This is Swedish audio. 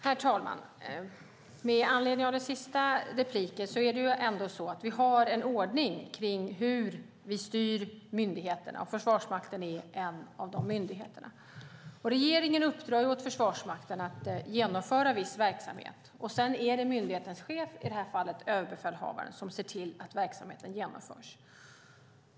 Herr talman! Med anledning av det sista inlägget vill jag säga att vi trots allt har en ordning kring hur vi styr myndigheterna. Försvarsmakten är en av dessa myndigheter. Regeringen uppdrar åt Försvarsmakten att genomföra viss verksamhet, och sedan är det myndighetens chef - i det här fallet överbefälhavaren - som ser till att verksamheten genomförs.